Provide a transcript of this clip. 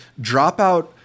dropout